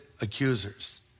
accusers